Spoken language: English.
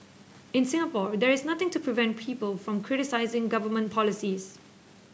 in Singapore there is nothing to prevent people from criticising government policies